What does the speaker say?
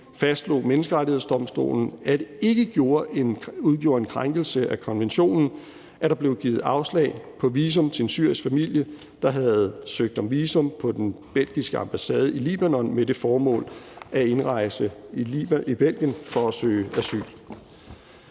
fastslog Menneskerettighedsdomstolen, at det ikke udgjorde en krænkelse af konventionen, at der blev givet afslag på visum til en syrisk familie, der havde søgt om visum på den belgiske ambassade i Libanon med det formål at indrejse i Belgien for at søge asyl.